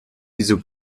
wieso